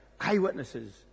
eyewitnesses